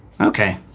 Okay